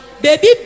Baby